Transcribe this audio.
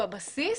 בבסיס,